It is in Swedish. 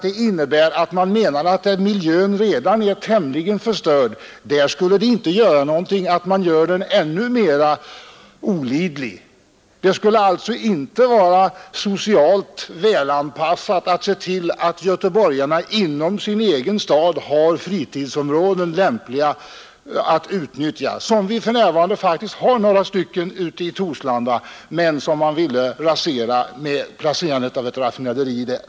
Det innebär att de menar att det inte skulle göra någonting att man gör miljön ännu mer olidlig där den redan är tämligen förstörd. Det skulle alltså inte vara socialt vällovligt att se till att göteborgarna inom sin egen stad har fritidsområden, lämpliga att utnyttja. Vi har för närvarande några sådana ute vid Torslanda, men dem ville man förstöra med placerandet av ett raffinaderi där.